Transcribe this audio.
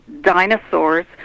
dinosaurs